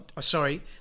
sorry